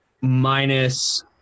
Minus